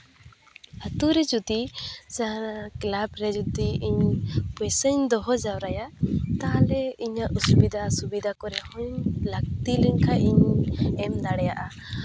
ᱟᱛᱳ ᱨᱮ ᱡᱩᱫᱤ ᱡᱟᱦᱟᱸ ᱠᱞᱟᱵᱽ ᱨᱮ ᱡᱩᱫᱤ ᱤᱧ ᱯᱩᱭᱥᱟᱹᱧ ᱫᱚᱦᱚ ᱡᱟᱣᱨᱟᱭᱟ ᱛᱟᱦᱚᱞᱮ ᱤᱧᱟᱹᱜ ᱚᱥᱩᱵᱤᱫᱟ ᱥᱩᱵᱤᱫᱷᱟ ᱠᱚᱨᱮ ᱦᱚᱸᱧ ᱞᱟᱹᱠᱛᱤ ᱞᱮᱱᱠᱷᱟᱡ ᱤᱧ ᱮᱢ ᱫᱟᱲᱮᱭᱟᱜ ᱼᱟ